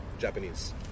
Japanese